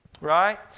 right